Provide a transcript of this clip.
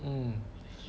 mm